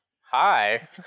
Hi